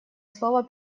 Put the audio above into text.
слово